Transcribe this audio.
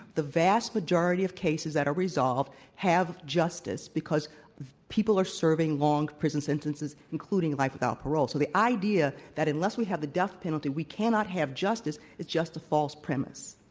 the vast majority of cases that are resolved have justice because people are serving long prison sentences, including life without parole. so, the idea that unless we have the death penalty, we cannot have justice, is just a false premise.